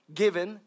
given